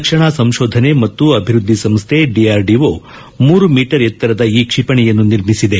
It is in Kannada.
ರಕ್ಷಣಾ ಸಂಶೋಧನೆ ಮತ್ತು ಅಭಿವ್ವದ್ಲಿ ಸಂಸ್ಡೆ ಡಿಆರ್ಡಿಒ ಮೂರು ಮೀಟರ್ ಎತ್ತರದ ಈ ಕ್ಷಿಪಣಿಯನ್ನು ನಿರ್ಮಿಸಿದೆ